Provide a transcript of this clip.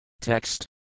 Text